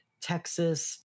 texas